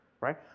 Right